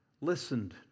listened